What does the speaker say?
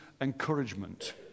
encouragement